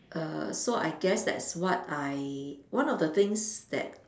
err so I guess that's what I one of the things that